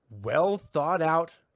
well-thought-out